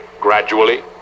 gradually